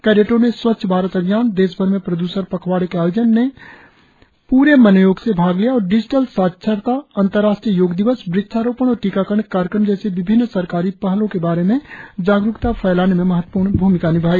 कैडेटों ने स्वच्छ भारत अभियान देशभर में प्रद्षण पखवाड़े के आयोजन में प्रे मनोयोग से भाग लिया और डिजिटल साक्षरता अंतर्राष्ट्रीय योग दिवस वृक्षारोपण और टीकाकरण कार्यक्रम जैसी विभिन्न सरकारी पहलों के बारे में जागरूकता फैलाने में महत्वपूर्ण भ्रमिका निभाई